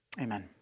Amen